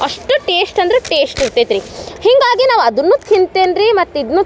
ಅಷ್ಟು ಟೇಸ್ಟ್ ಅಂದ್ರೆ ಟೇಸ್ಟ್ ಇರ್ತೈತೆ ರೀ ಹೀಗಾಗಿ ನಾವು ಅದನ್ನೂ ತಿಂತೇನೆ ರೀ ಮತ್ತು ಇದನ್ನೂ